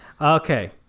Okay